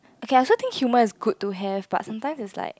okay I so think humour is good to have but sometimes is like